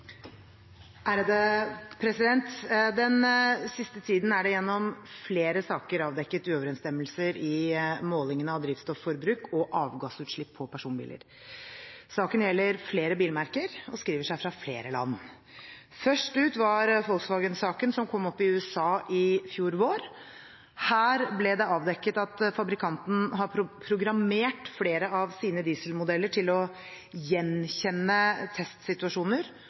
det gjennom flere saker avdekket uoverensstemmelser i målingen av drivstofforbruk og avgassutslipp på personbiler. Saken gjelder flere bilmerker og skriver seg fra flere land. Først ut var Volkswagen-saken, som kom opp i USA i fjor vår. Her ble det avdekket at fabrikanten har programmert flere av sine dieselmodeller til å gjenkjenne testsituasjoner